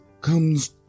comes